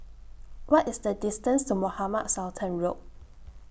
What IS The distance to Mohamed Sultan Road